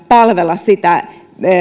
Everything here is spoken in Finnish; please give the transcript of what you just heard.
palvella sitä